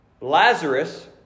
Lazarus